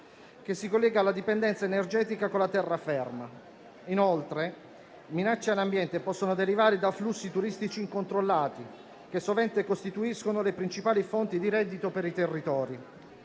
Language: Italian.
che si collega alla dipendenza energetica con la terraferma. Inoltre, minacce all'ambiente possono derivare da flussi turistici incontrollati, che sovente costituiscono le principali fonti di reddito per i territori.